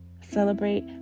Celebrate